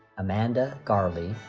amanda garley,